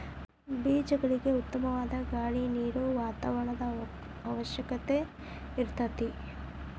ಬೇಜಗಳಿಗೆ ಉತ್ತಮವಾದ ಗಾಳಿ ನೇರು ವಾತಾವರಣದ ಅವಶ್ಯಕತೆ ಇರತತಿ